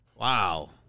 Wow